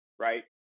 right